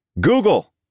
Google